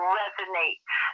resonates